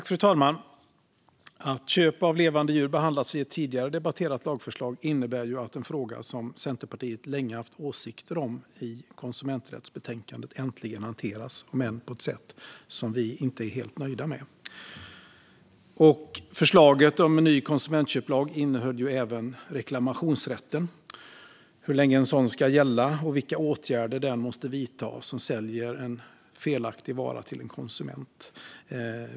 Fru talman! Att köp av levande djur har behandlats i ett tidigare debatterat lagförslag innebär att en fråga som Centerpartiet länge haft åsikter om i konsumenträttsbetänkandet äntligen hanteras, om än på ett sätt som vi inte är helt nöjda med. Förslaget om en ny konsumentköplag innehöll även reklamationsrätten och berörde därmed hur länge en sådan ska gälla och vilka åtgärder den måste vidta som säljer en felaktig vara till en konsument.